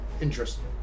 interesting